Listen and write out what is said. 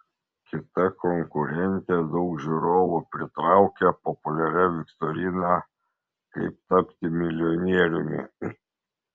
kita konkurentė daug žiūrovų pritraukia populiaria viktorina kaip tapti milijonieriumi